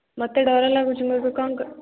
ମୋତେ ଡର ଲାଗୁଛି ମୁଁ ଏବେ କ'ଣ